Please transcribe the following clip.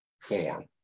form